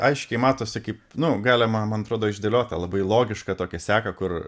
aiškiai matosi kaip nu galima man atrodo išdėliot tą labai logišką tokią seką kur